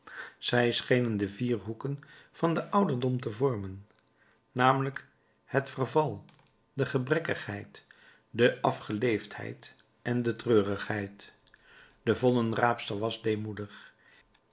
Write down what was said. zij schenen de vier hoeken van den ouderdom te vormen namelijk het verval de gebrekkigheid de afgeleefdheid en de treurigheid de voddenraapster was deemoedig